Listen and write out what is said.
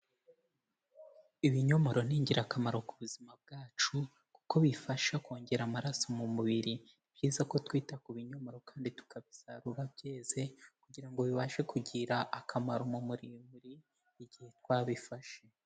Ibinyomoro ni ingirakamaro ku buzima bwacu, kuko bifasha kongera amaraso mu mubiri, ni byiza ko twita ku binyomoro kandi tukabisarura byeze, kugira ngo bibashe kugirira akamaro mu muri biri igihe twabifashe.